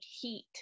heat –